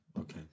Okay